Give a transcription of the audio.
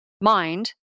mind